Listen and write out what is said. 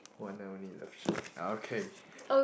one night only love shack okay